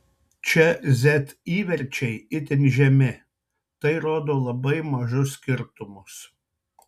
čia z įverčiai itin žemi tai rodo labai mažus skirtumus